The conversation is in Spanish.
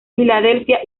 filadelfia